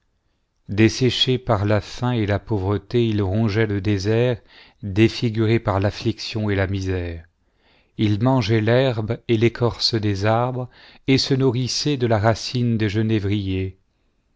desséchés par la faim et la pauvreté il rongeaient le désert défigurés par l'affliction et la misère il mangeait l'herbe et l'écorce des arbres et se nourrissaient de la racine des genévriers